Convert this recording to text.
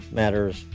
matters